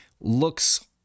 looks